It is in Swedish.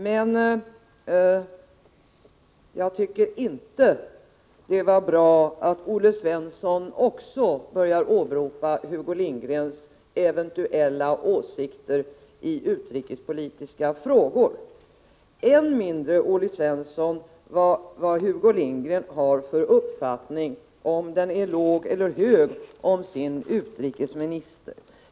Men jag tycker inte det var bra att också Olle Svensson åberopade Hugo Lindgrens eventuella åsikter i utrikespolitiska frågor, än mindre att han 25 åberopade vad Hugo Lindgren har för uppfattning — om den är låg eller hög— om utrikesministern.